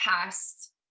past